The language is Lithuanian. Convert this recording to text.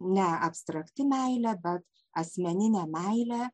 ne abstrakti meilė bet asmeninė meilė